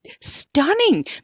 stunning